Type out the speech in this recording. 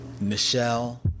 Michelle